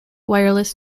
wireless